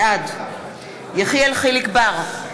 בעד יחיאל חיליק בר,